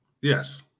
Yes